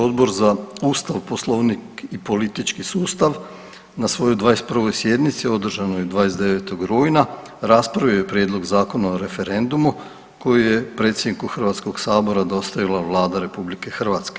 Odbor za Ustav, Poslovnik i politički sustav na svojoj 21. sjednici održanoj 29. rujna raspravio je Prijedlog zakona o referendumu koji je predsjedniku HS-a dostavila Vlada RH.